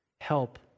Help